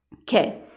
Okay